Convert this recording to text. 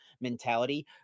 mentality